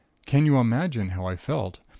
can you imagine how i felt?